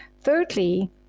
Thirdly